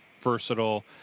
versatile